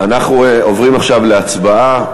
אנחנו עוברים עכשיו להצבעה.